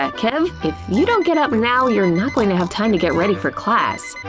ah kev? if you don't get up now, you're not going to have time to get ready for class.